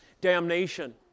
damnation